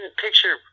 picture